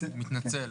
אני מתנצל.